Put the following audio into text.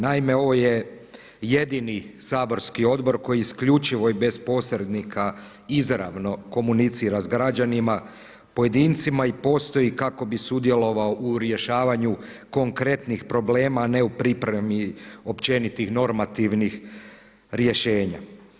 Naime, ovo je jedini saborski odbor koji isključivo i bez posrednika izravno komunicira sa građanima pojedincima i postoji kako bi sudjelovao u rješavanju konkretnih problema, a ne u pripremi općenitih normativnih rješenja.